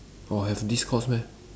oh have this course meh